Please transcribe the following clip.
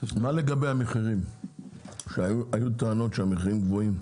מה לגבי המחירים שהיו טענות שהמחירים גבוהים?